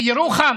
בירוחם,